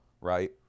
right